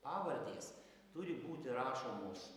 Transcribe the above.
pavardės turi būti rašomos